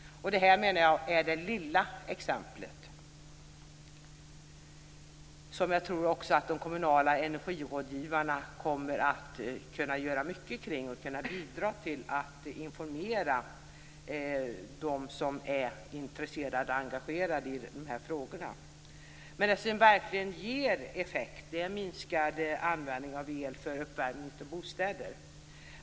Det var det lilla exemplet. Här tror jag också att de kommunala energirådgivarna kommer att kunna göra mycket genom att informera dem som är intresserade och engagerade i de här frågorna. Det som verkligen ger effekt är minskad användning av el för uppvärmning av bostäder.